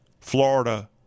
Florida